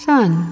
Sun